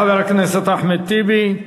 תודה לחבר הכנסת אחמד טיבי.